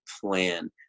plan